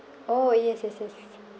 oh yes yes yes